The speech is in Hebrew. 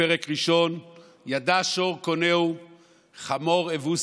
בפרק ראשון: "ידע שור קֹנהו וחמור אבוס